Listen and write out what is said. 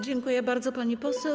Dziękuję bardzo, pani poseł.